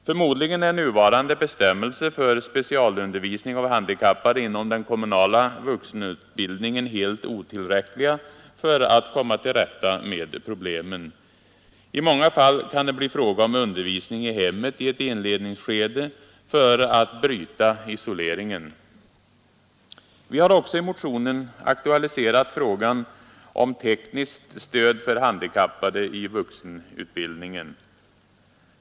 Förmodligen är nuvarande bestämmelser för specialundervisning av handikappade inom den kommunala vuxenutbildningen helt otillräckliga för att komma till rätta med problemen. I många fall kan det bli fråga om undervisning i hemmet i ett inledningsskede för att bryta isoleringen. Vi har också i en motion aktualiserat frågan om tekniskt stöd för handikappade i vuxenutbildningen.